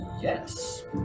yes